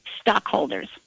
stockholders